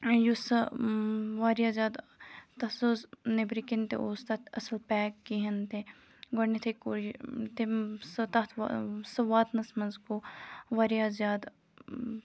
یُس سُہ واریاہ زیادٕ تَتھ سُہ اوس نٮ۪برکِنۍ تہِ اوس تَتھ اَصٕل پیک کِہیٖنۍ تہِ گۄڈنٮ۪تھٕے کوٚر یہِ تٔمۍ سُہ تَتھ وا سُہ واتنَس منٛز گوٚو واریاہ زیادٕ